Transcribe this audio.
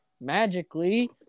magically